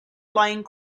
flying